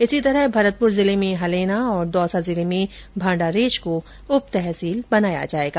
इसी प्रकार भरतपुर जिले में हलैना और दौसा जिले में भाण्डारेज को उपतहसील बनाया जाएगा